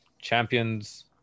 Champions